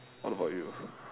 what about you